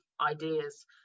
ideas